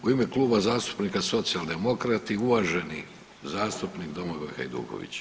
U ime Kluba zastupnika Socijaldemokrati uvaženi zastupnik Domagoj Hajduković.